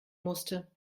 musste